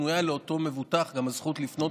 תלויה לאותו מבוטח גם הזכות לפנות